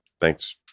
thanks